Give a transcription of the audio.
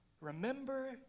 Remember